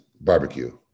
barbecue